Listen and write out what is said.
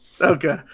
Okay